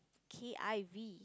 K_I_V